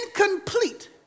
incomplete